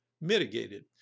mitigated